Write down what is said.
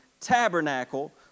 tabernacle